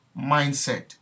mindset